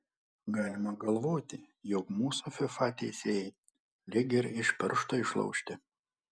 galima galvoti jog mūsų fifa teisėjai lyg ir iš piršto išlaužti